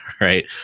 Right